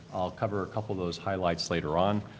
i'll cover a couple of those highlights later on.